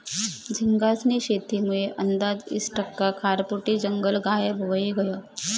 झींगास्नी शेतीमुये आंदाज ईस टक्का खारफुटी जंगल गायब व्हयी गयं